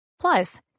Plus